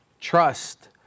trust